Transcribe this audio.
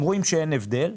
ואתם רואים שאין הבדל.